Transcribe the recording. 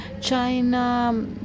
China